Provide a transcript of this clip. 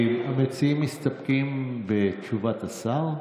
המציעים מסתפקים בתשובת השר?